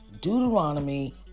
Deuteronomy